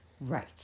Right